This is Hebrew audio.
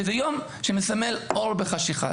שזה יום שמסמל אור בחשיכה.